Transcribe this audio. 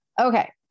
Okay